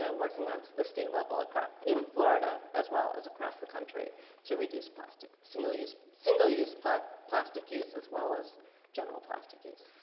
working onto the state level, a crop in florida as well as across the country to reduce plastic, single use, single use plot, plastic use as well as general plastic use.